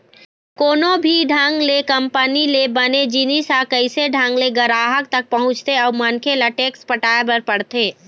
कोनो भी ढंग ले कंपनी ले बने जिनिस ह कइसे ढंग ले गराहक तक पहुँचथे अउ मनखे ल टेक्स पटाय बर पड़थे